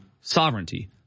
sovereignty